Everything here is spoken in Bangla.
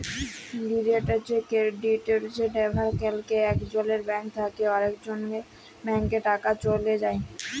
ডিরেট কেরডিট ব্যাভার ক্যরলে একজলের ব্যাংক থ্যাকে আরেকজলের ব্যাংকে টাকা চ্যলে যায়